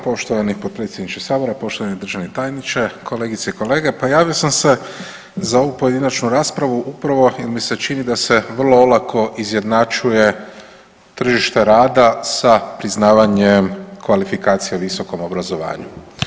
Poštovani potpredsjedniče sabora, poštovani državni tajniče, kolegice i kolege pa javio sam se za ovu pojedinačnu raspravu upravo jer mi se čini da se vrlo olako izjednačuje tržite rada sa priznavanjem kvalifikacija u visokom obrazovanju.